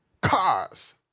Cars